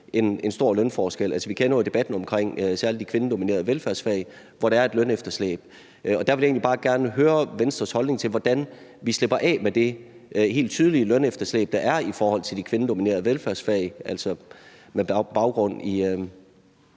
en stor lønforskel. Vi kender jo debatten omkring særlig de kvindedominerede velfærdsfag, hvor der er et lønefterslæb, og der vil jeg egentlig bare gerne høre Venstres holdning til, hvordan vi slipper af med det helt tydelige lønefterslæb, der er i forhold til de kvindedominerede velfærdsfag, som altså også